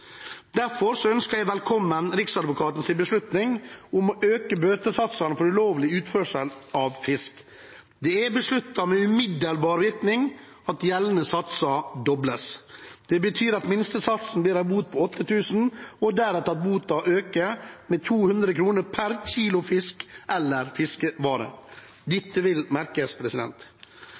Derfor ønsker jeg velkommen Riksadvokatens beslutning om å øke bøtesatsene for ulovlig utførsel av fisk. Det er besluttet med umiddelbar virkning at gjeldende satser dobles. Det betyr at minstesatsen blir en bot på 8 000 kr, og deretter vil boten øke med 200 kr per kilo fisk eller fiskevare. Dette vil merkes.